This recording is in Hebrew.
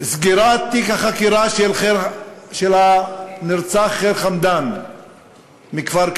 סגירת תיק החקירה של הנרצח ח'יר חמדאן מכפר-כנא,